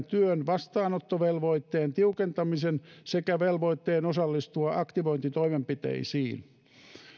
työn vastaanottovelvoitteen tiukentumisen sekä velvoitteen osallistua aktivointitoimenpiteisiin